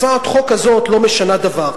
הצעת החוק הזאת לא משנה דבר.